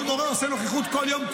כל מורה עושה כל יום נוכחות לכולם?